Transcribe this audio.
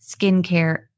skincare